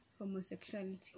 Homosexuality